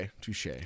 touche